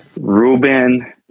Ruben